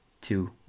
two